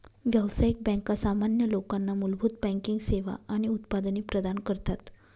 व्यावसायिक बँका सामान्य लोकांना मूलभूत बँकिंग सेवा आणि उत्पादने प्रदान करतात